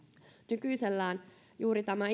nykyisellään juuri tämä